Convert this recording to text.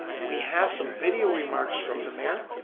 we have some video remarks from the mayor.